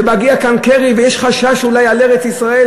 רק שמגיע לכאן קרי ויש חשש אולי על ארץ-ישראל,